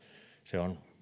se on